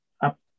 up